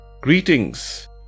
Greetings